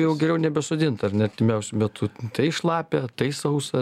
jau geriau nebesodint ar ne artimiausiu metu tai šlapia tai sausa